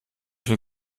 viel